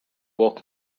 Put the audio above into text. woke